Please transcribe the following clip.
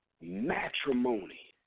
matrimony